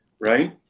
right